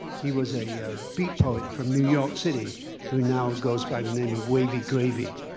he was a beat poet from new york city who now goes by the name of wavy gravy.